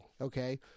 okay